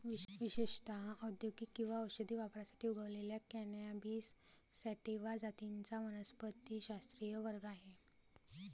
विशेषत औद्योगिक किंवा औषधी वापरासाठी उगवलेल्या कॅनॅबिस सॅटिवा जातींचा वनस्पतिशास्त्रीय वर्ग आहे